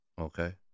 okay